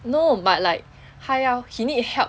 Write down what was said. no but like 他要 he need help